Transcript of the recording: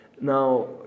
Now